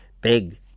big